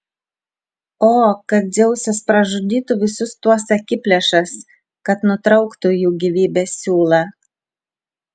o kad dzeusas pražudytų visus tuos akiplėšas kad nutrauktų jų gyvybės siūlą